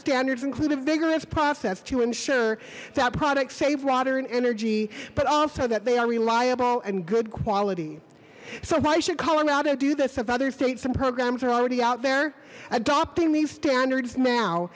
standards include a vigorous process to ensure that product save water and energy but also that they are reliable and good quality so why should call them how to do this of other states and programs are already out there adopting these standards now